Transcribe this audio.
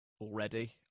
already